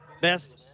best